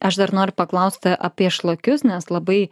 aš dar noriu paklausti apie šlakius nes labai